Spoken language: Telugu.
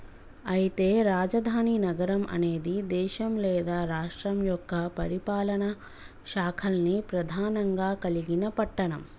అయితే రాజధాని నగరం అనేది దేశం లేదా రాష్ట్రం యొక్క పరిపాలనా శాఖల్ని ప్రధానంగా కలిగిన పట్టణం